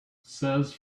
says